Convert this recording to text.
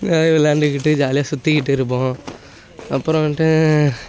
எல்லாமே வெளாண்டுக்கிட்டு ஜாலியாக சுற்றிக்கிட்டு இருப்போம் அப்புறம் வந்துட்டு